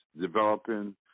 developing